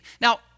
now